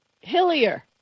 Hillier